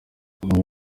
umwe